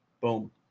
Boom